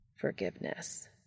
Forgiveness